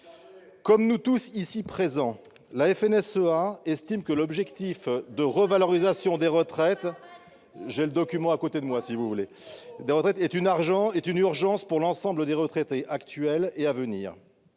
vous le voulez. Donc, la FNSEA estime que l'objectif de revalorisation des retraites est une urgence pour l'ensemble des retraités actuels et à venir.